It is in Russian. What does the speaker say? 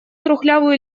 трухлявую